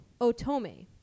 Otome